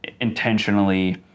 intentionally